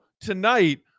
tonight